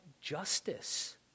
justice